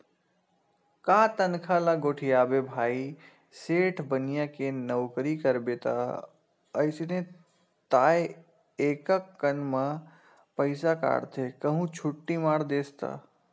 का तनखा ल गोठियाबे भाई सेठ बनिया के नउकरी करबे ता अइसने ताय एकक कन म पइसा काटथे कहूं छुट्टी मार देस ता